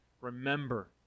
remember